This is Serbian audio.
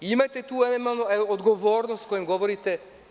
Imajte tu odgovornost o kojoj govorite.